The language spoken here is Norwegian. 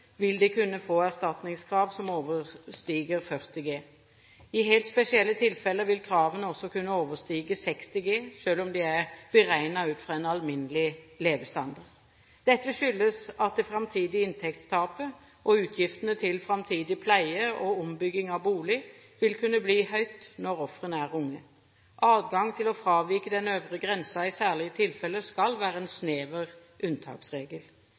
vil de kunne få erstatningskrav som overstiger 40 G. I helt spesielle tilfeller vil kravene også kunne overstige 60 G, selv om de er beregnet ut fra en alminnelig levestandard. Dette skyldes at det framtidige inntektstapet og utgiftene til framtidig pleie og ombygging av bolig vil kunne bli høyt når ofrene er unge. Adgang til å fravike den øvre grensen i særlige tilfeller skal være en snever unntaksregel.